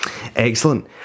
Excellent